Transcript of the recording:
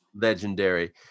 legendary